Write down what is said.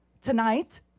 tonight